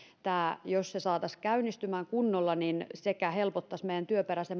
tämä jos se saataisiin käynnistymään kunnolla helpottaisi työperäisen